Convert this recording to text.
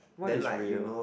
what is real